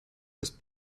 was